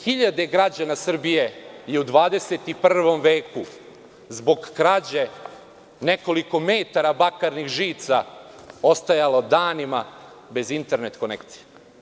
Hiljade građana Srbije je u 21. veku, zbog krađe nekoliko metara bakarnih žica, ostajalo danima bez internet konekcije.